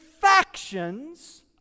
factions